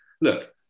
look